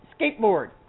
skateboard